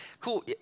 Cool